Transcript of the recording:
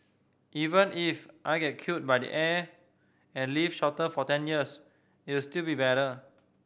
even if I get killed by the air and live shorter for ten years it'll still be better